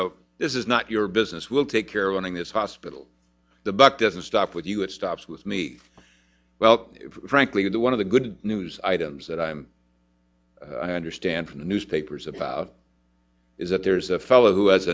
know this is not your business will take care of owning this hospital the buck doesn't stop with you it stops with me well frankly one of the good news items that i'm i understand from the newspapers about is that there is a fellow who has